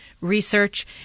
research